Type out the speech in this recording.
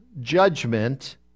judgment